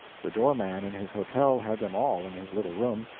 the door-man in his hotel had them all in his little room,